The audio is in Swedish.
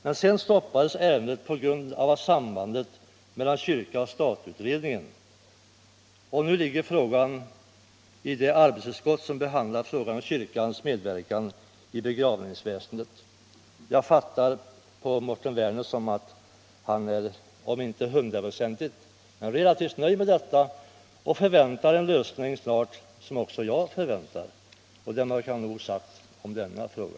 Men sedan stoppades ärendet med hänvisning till utredningen rörande sambandet mellan kyrka och stat, och nu ligger frågan i det arbetsutskott som behandlar kyrkans medverkan i begravningsväsendet. Jag fattade Mårten Werner så att han är om inte hundraprocentigt så i alla fall relativt nöjd med detta och att han förväntar sig en lösning ganska snart, vilket också jag gör. Därmed kan det vara nog sagt om denna fråga.